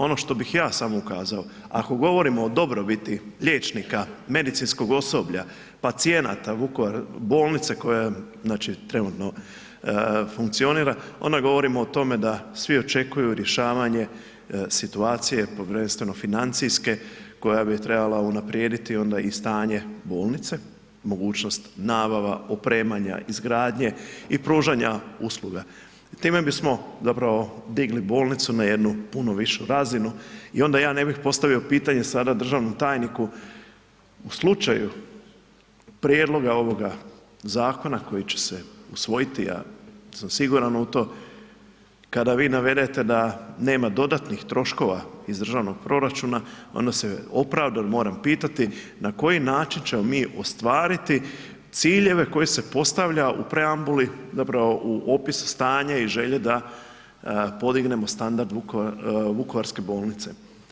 Ono što bih ja samo ukazao, ako govorimo o dobrobiti liječnika, medicinskog osoblja, pacijenata Vukovara, bolnice koja trenutno funkcionira, onda govorimo o tome da svi očekuju rješavanje situacije, prvenstveno financijske koja bi treba unaprijediti onda i stanje bolnice, mogućnost nabava, opremanja, izgradnje i pružanja usluga i time bismo zapravo digli bolnicu na jednu puno višu razinu i onda ja ne bi postavio pitanje sada državnom tajniku, u slučaju prijedloga ovoga zakona koji će se usvojiti, ja sam siguran u to, kada vi navedete da nemam dodatnih troškova iz državnog proračuna onda se opravdano moram pitati na koji način ćemo mi ostvariti ciljeve koji se postavlja u preambuli zapravo u opisu stanje i želje da podignemo standard vukovarske bolnice?